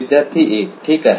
विद्यार्थी 1 ठीक आहे